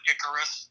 Icarus